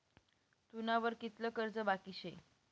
तुना वर कितलं कर्ज बाकी शे